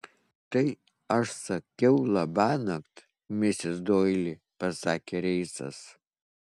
tai aš sakiau labanakt misis doili pasakė reisas